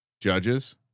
judges